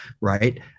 right